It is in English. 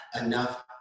enough